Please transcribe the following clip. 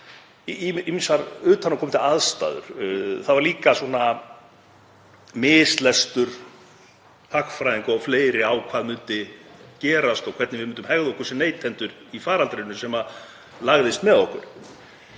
aðstæður sem komu til. Það var líka svona mislestur hagfræðinga og fleiri á hvað myndi gerast og hvernig við myndum hegða okkur sem neytendur í faraldrinum sem lagðist með okkur.